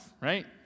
right